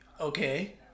Okay